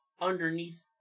underneath